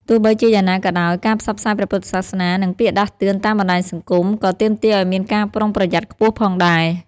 ទោះបីជាយ៉ាងណាក៏ដោយ ការផ្សព្វផ្សាយព្រះពុទ្ធសាសនា និងពាក្យដាស់តឿនតាមបណ្តាញសង្គមក៏ទាមទារឱ្យមានការប្រុងប្រយ័ត្នខ្ពស់ផងដែរ។